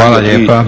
Hvala lijepa.